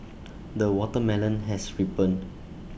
the watermelon has ripened